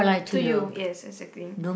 to you yes exactly